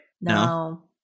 No